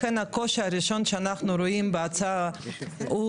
לכן הקושי הראשון שאנחנו רואים בהצעה הוא